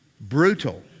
Brutal